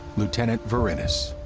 lieutenant verinis.